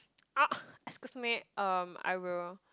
ah excuse me um I will